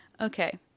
Okay